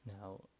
Now